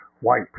white